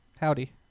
Howdy